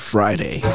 Friday